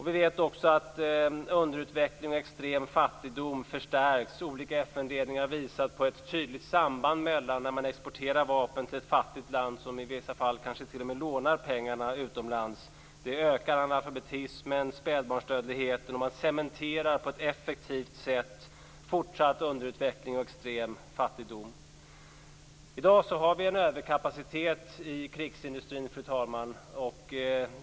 Vi vet också att underutveckling och extrem fattigdom förstärks. Olika FN-utredningar visar på ett tydligt samband mellan export av vapen till ett fattigt land, som i vissa fall t.o.m. lånar pengar utomlands, och ökad analfabetism och spädbarnsdödlighet. Man cementerar på ett effektivt sätt fortsatt underutveckling och extrem fattigdom. I dag har man en överkapacitet i krigsindustrin.